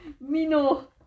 Mino